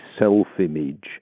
self-image